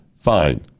Fine